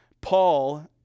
Paul